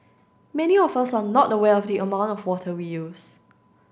many of us are not aware of the amount of water we use